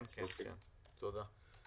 כן, כן, תודה.